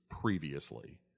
previously